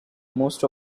most